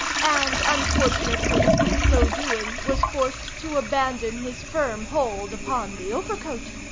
and unfortunately in so doing was forced to abandon his firm hold upon the overcoat.